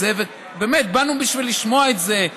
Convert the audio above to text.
באמת, באנו בשביל לשמוע על זה,